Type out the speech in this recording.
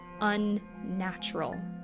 unnatural